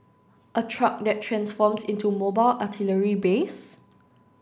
a truck that transforms into mobile artillery base